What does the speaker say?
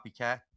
copycat